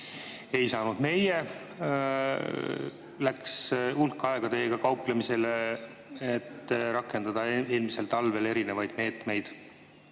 Ei saanud meie, läks hulk aega teiega kauplemisele, et rakendada eelmisel talvel erinevaid meetmeid,